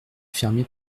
fermé